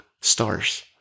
stars